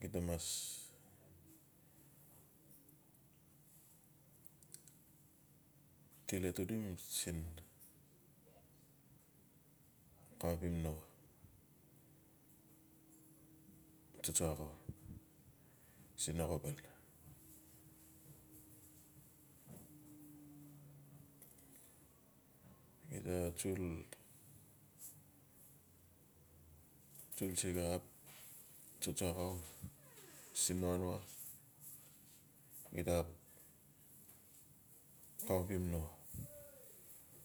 gita mas tore xudu siin. No tsotso axau siin no xobal xida tsul tsiga ap tsotsoaxau siin hanua gida ap